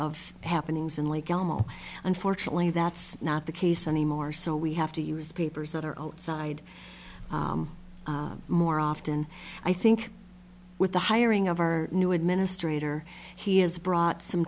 of happenings in like elmo unfortunately that's not the case anymore so we have to use papers that are outside more often i think with the hiring of our new administrator he has brought some